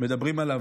מדברים עליו,